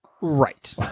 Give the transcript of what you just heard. Right